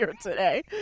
today